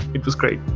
it was great.